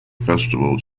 festival